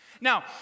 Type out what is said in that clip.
Now